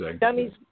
dummies